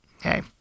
hey